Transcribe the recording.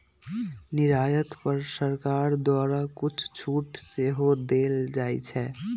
निर्यात पर सरकार द्वारा कुछ छूट सेहो देल जाइ छै